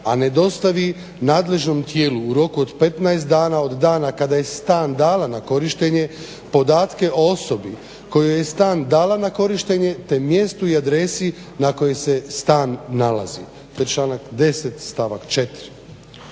a ne dostavi nadležnom tijelu u roku od 15 dana od dana kada je stan dala na korištenje podatke o osobi kojoj je dala stan na korištenje te mjestu i adresi na kojoj se stan nalazi".